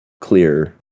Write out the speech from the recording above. clear